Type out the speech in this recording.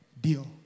deal